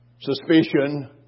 suspicion